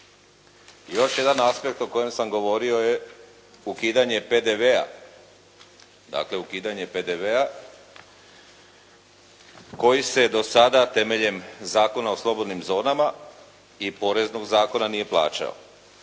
još jedan aspekt o kojem sam govorio je ukidanje PDV-a. Dakle, ukidanje PDV-a koji se do sada temeljem Zakona o slobodnim zonama i poreznog zakona nije plaćao.